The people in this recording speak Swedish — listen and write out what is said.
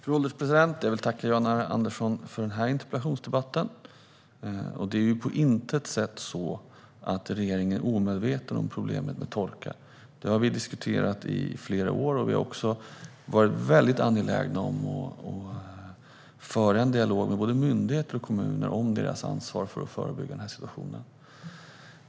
Fru ålderspresident! Jag vill tacka Jan R Andersson för den här interpellationsdebatten. Regeringen är ju på intet sätt omedveten om problemet med torka. Det har vi diskuterat i flera år, och vi har också varit mycket angelägna om att föra en dialog med både myndigheter och kommuner om deras ansvar för att förebygga den här situationen.